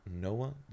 Noah